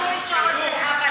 לאף אחד אסור לשלוח,